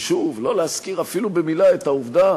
ושוב לא להזכיר אפילו במילה את העובדה